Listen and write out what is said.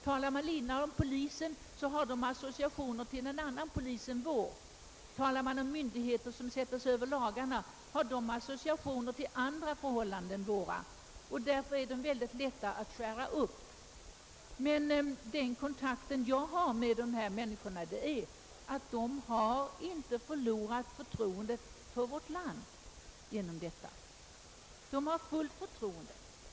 Om man talar illa om polisen får de associationer av en annan polis än vår. Talar man om myndigheter som sätter sig över lagarna får de associationer av andra förhållanden än våra, och därför är dessa flyktingar lätta att skärra upp. Den kontakt jag har med dessa flyktingar ger dock vid handen att de genom det inträffade inte har förlorat förtroendet för vårt land. De hyser fullt förtroende för oss.